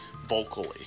vocally